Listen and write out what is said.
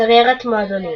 קריירת מועדונים